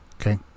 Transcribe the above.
Okay